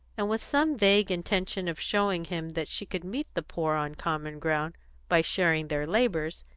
and with some vague intention of showing him that she could meet the poor on common ground by sharing their labours,